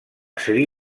sri